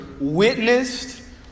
witnessed